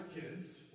kids